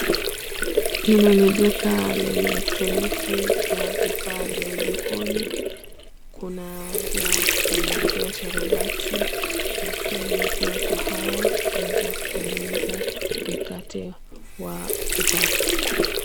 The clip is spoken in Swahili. Hili ni duka lenye elektroniki ya vifaa vya jikoni. Kuna vya kutengenezea sharubati, vya kutengenezea kahawa na vya kutengenezea mkate wa kupaka.